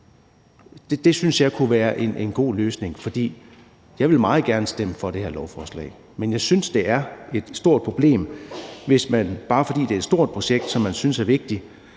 Det synes jeg kunne være en god løsning, for jeg vil meget gerne stemme for det her lovforslag, men jeg synes, det er et stort problem, hvis man, bare fordi det er et stort projekt, som man synes er vigtigt,